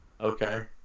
Okay